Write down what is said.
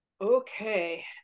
okay